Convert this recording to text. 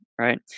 right